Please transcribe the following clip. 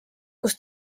kus